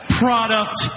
product